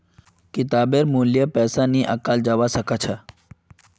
किताबेर मूल्य पैसा नइ आंकाल जबा स ख छ